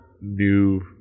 new